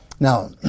Now